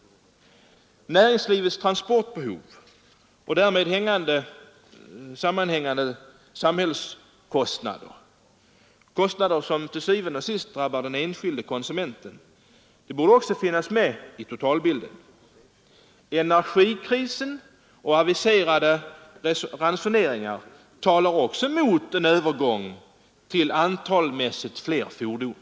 Näringslivets transportbehov och därmed sammanhängande sam hällskostnader — kostnader som til syvende og sidst drabbar den enskilde konsumenten — borde finnas med i totalbilden. Energikrisen och aviserade ransoneringar talar också mot en övergång till fler fordon.